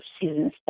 seasons